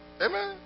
Amen